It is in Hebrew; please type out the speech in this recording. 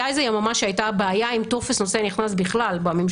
הייתה יממה שהייתה בעיה עם טופס "נוסע נכנס" בכלל.